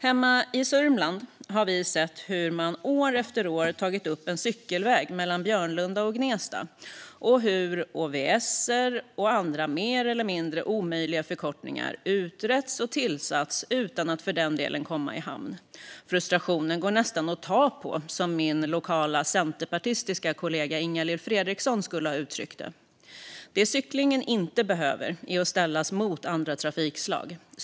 Hemma i Sörmland har vi sett hur man år efter år tagit upp en cykelväg mellan Björnlunda och Gnesta och hur ÅVS:er, och andra mer eller mindre omöjliga förkortningar, utretts och tillsatts utan att för den delen komma i hamn. Frustrationen går nästan att ta på, som min lokala centerpartistiska kollega Ingalill Fredriksson skulle har uttryckt det. Det cyklingen inte behöver är att ställas mot andra trafikslag.